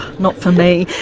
not for me,